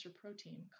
protein